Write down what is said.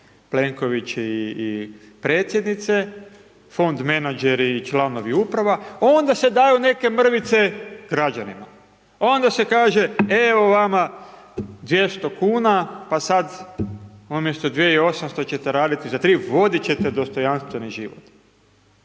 Plenković i Predsjednice, fond menadžeri i članovi uprava, onda se daju neke mrvice građanima, onda se kaže evo vama 200 kuna pa sad umjesto 2800 ćete raditi za 3, voditi ćete dostojanstveni život.